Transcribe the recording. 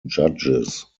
judges